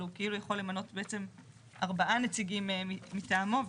הוא יכול למנות ארבעה נציגים מטעמו.